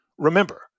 Remember